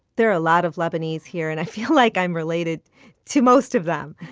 there are a lot of lebanese here. and i feel like i'm related to most of them.